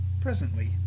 Presently